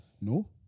No